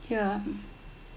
ya